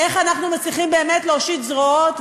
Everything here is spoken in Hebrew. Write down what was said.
איך אנחנו מצליחים באמת להושיט זרועות.